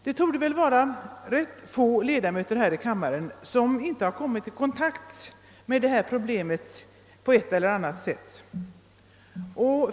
Det torde vara få ledamöter i denna kammare som inte kommit i kontakt med detta problem på ett eller annat sätt.